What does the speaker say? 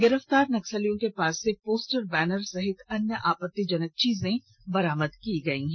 गिरफ्तार नक्सलियों के पास से पोस्टर बैनर सहित अन्य आपत्तिजनक चीजें बरामद की गयी हैं